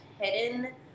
hidden